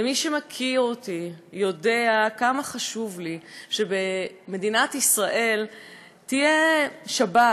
ומי שמכיר אותי יודע כמה חשוב לי שבמדינת ישראל תהיה שבת,